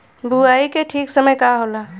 बुआई के ठीक समय का होला?